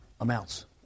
amounts